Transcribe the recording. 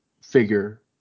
figure